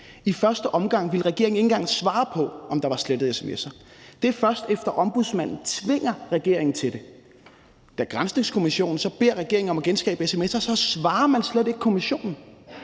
I første omgang ville regeringen ikke engang svare på, om der var slettet sms'er. Det sker, først efter at Ombudsmanden tvinger regeringen til det. Da Granskningskommissionen så beder regeringen om at genskabe sms'er, svarer man slet ikke kommissionen,